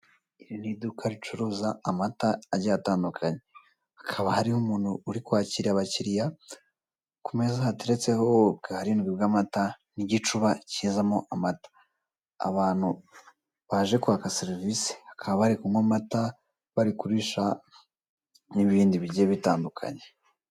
Iri ni iduka ricuruza amata agiye atandukanye, hakaba harimo umuntu uri kwakira abakiriya, ku menza hakaba hariho ubwarindwi bw'amata, n'igicuba kizamo amata, abantu baje kwaka serivisi bakaba bari kunywa amata bari kurisha n'ibindi bigiye bitandukanye.